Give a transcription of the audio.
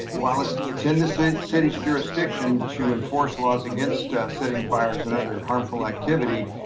ah while it's it's in this ah city's jurisdiction to enforce laws against setting fires and other harmful activity.